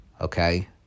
Okay